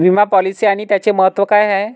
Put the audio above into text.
विमा पॉलिसी आणि त्याचे महत्व काय आहे?